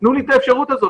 תנו לי את האפשרות שזו,